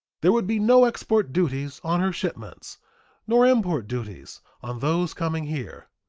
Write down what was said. there would be no export duties on her shipments nor import duties on those coming here.